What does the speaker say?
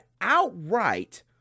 outright